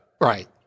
right